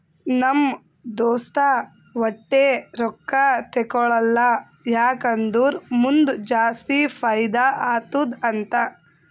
ನಮ್ ದೋಸ್ತ ವಟ್ಟೆ ರೊಕ್ಕಾ ತೇಕೊಳಲ್ಲ ಯಾಕ್ ಅಂದುರ್ ಮುಂದ್ ಜಾಸ್ತಿ ಫೈದಾ ಆತ್ತುದ ಅಂತಾನ್